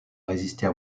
résister